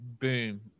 boom